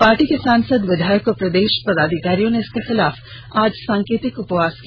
party के सांसद विधायक और प्रदेश पदाधिकारियों ने इसके खिलाफ आज सांकेतिक उपवास किया